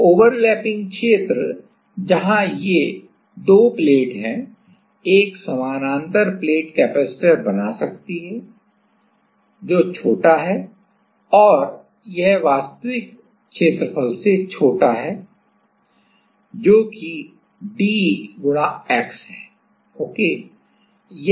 तो ओवरलैपिंग क्षेत्र जहां यह ये दो प्लेट हैं एक समानांतर प्लेट कैपेसिटर बना सकती हैं छोटा है और यह वास्तविक क्षेत्रफल से छोटा है से छोटा है जो कि d x है ओके है